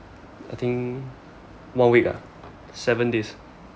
I think one week ah seven days